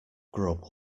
grub